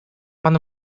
pan